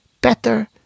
Better